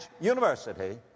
university